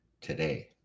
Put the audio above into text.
today